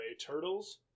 Turtles